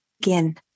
begin